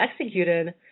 executed